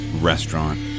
Restaurant